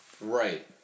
Right